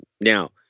now